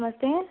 नमस्ते